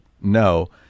no